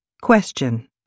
Question